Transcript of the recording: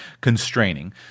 constraining